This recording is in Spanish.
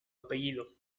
apellido